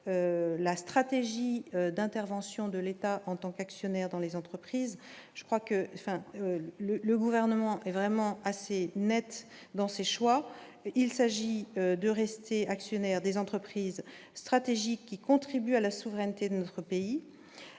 la stratégie d'intervention de l'État en tant qu'actionnaire dans les entreprises, je crois que enfin le le gouvernement est vraiment assez Net dans ses choix, il s'agit de rester actionnaire des entreprises stratégiques qui contribue à la souveraineté de notre pays